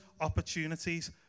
opportunities